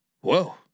Whoa